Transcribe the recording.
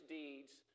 deeds